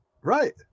Right